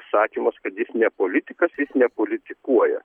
sakymas kad jis ne politikas jis nepolitikuoja